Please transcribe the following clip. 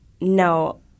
no